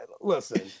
listen